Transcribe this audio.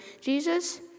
Jesus